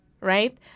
right